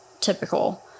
typical